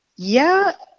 yeah,